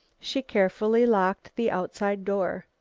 she carefully locked the outside door.